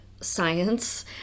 science